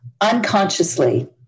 unconsciously